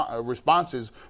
responses